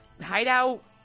hideout